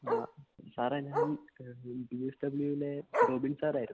ആ സാറെ ഞാൻ ഞാൻ ബി എസ് ഡബ്ല്യൂലെ റോബിൻ സാറ് ആയിരുന്നു